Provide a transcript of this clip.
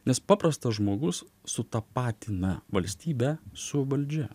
nes paprastas žmogus sutapatina valstybę su valdžia